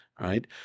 right